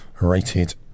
rated